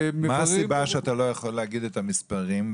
מה הסיבה שאתה לא יכול להגיד את המספרים,